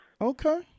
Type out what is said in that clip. Okay